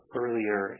earlier